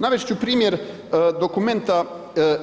Navest ću primjer dokumenta